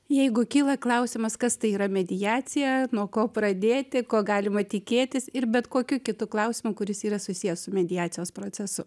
jeigu kyla klausimas kas tai yra mediacija nuo ko pradėti ko galima tikėtis ir bet kokiu kitu klausimu kuris yra susijęs su mediacijos procesu